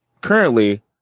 currently